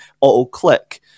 Auto-click